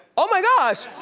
oh my gosh!